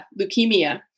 leukemia